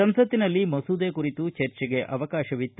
ಸಂಸತ್ತಿನಲ್ಲಿ ಮಸೂದೆ ಕುರಿತು ಚರ್ಜೆಗೆ ಅವಕಾಶವಿತ್ತು